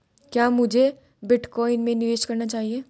क्या मुझे बिटकॉइन में निवेश करना चाहिए?